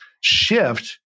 shift